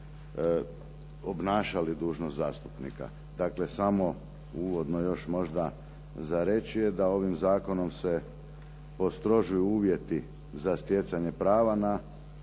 obnašali dužnost zastupnika. Dakle samo uvodno još za reći je da ovim zakonom se postrožuju uvjeti za stjecanje prava na